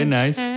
nice